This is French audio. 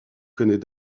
connaît